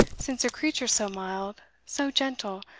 since a creature so mild, so gentle,